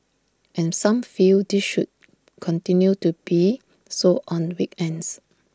and some feel this should continue to be so on weekends